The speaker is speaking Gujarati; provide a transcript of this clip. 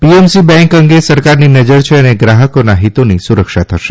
પીએમસી બેન્ક અંગે સરકારની નજર છે અને ગ્રાહકોના હીતોની સુરક્ષા થશે